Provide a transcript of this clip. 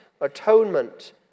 atonement